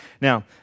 Now